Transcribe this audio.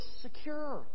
secure